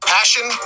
Passion